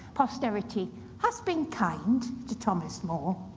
posterity has been kind to thomas more.